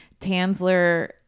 Tansler